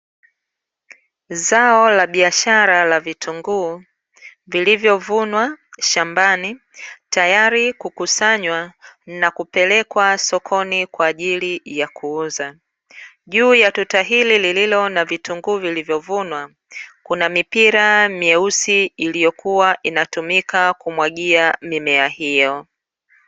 Zao la biashara la vitunguu vilivyovunwa shambani tayari kukusanywa na kupelekwa sokoni kwa ajiri ya kuuzwa .Juu ya tuta hili lilo na vitunguu vilivyovunwa kuna mipira meusi iliyokuwa inatumika kumwagia mimea hiyo.